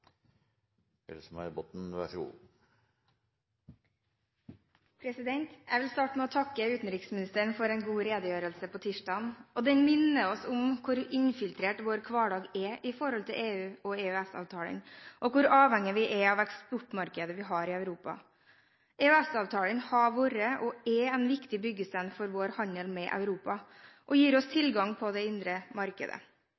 Jeg vil starte med å takke utenriksministeren for en god redegjørelse på tirsdag. Den minner oss om hvor infiltrert vår hverdag er når det gjelder EU og EØS-avtalen, og hvor avhengige vi er av det eksportmarkedet vi har i Europa. EØS-avtalen har vært, og er, en viktig byggestein for vår handel med Europa, og den gir oss